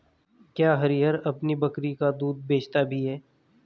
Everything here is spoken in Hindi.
क्या हरिहर अपनी बकरी का दूध बेचता भी है?